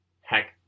Heck